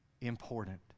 important